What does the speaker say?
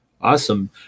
Awesome